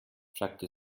fragte